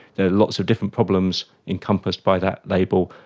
there are lots of different problems encompassed by that label,